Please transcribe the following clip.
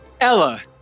Ella